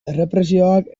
errepresioak